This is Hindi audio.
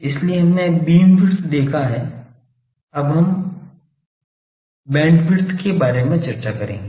इसलिए हमने बीमविड्थ देखा है अब हम बैंड बैंडविड्थ के बारे में चर्चा करेंगे